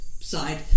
side